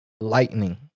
lightning